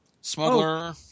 Smuggler